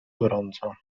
gorąco